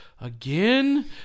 again